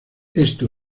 esto